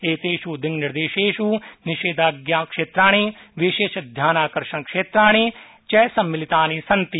एतेषु दिङ्निर्देशेषु निषेधाज्ञाक्षेत्राणिविशेषध्यानाकर्षक्षेत्राणि च सम्मिलितानि सन्ति